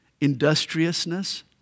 industriousness